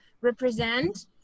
represent